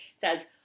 says